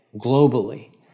globally